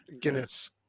Guinness